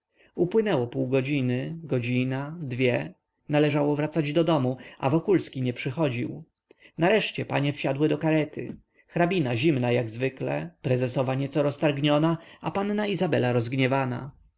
upłynęło pół godziny godzina dwie należało wracać do domu a wokulski nie przychodził nareszcie panie wsiadły do karety hrabina zimna jak zwykle prezesowa nieco roztargniona a panna izabela